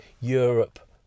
Europe